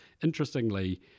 interestingly